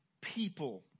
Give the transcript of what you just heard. people